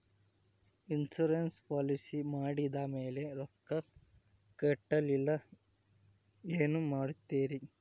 Insurance policy ಮಾಡಿದ ಮೇಲೆ ರೊಕ್ಕ ಕಟ್ಟಲಿಲ್ಲ ಏನು ಮಾಡುತ್ತೇರಿ?